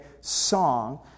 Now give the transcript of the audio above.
song